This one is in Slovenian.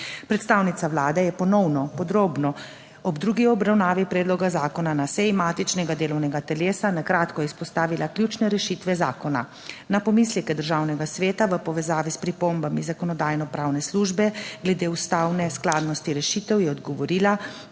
Predstavnica Vlade je ponovno podrobno ob drugi obravnavi predloga zakona na seji matičnega delovnega telesa na kratko izpostavila ključne rešitve zakona. Na pomisleke Državnega sveta v povezavi s pripombami Zakonodajno-pravne službe glede ustavne skladnosti rešitev je odgovorila,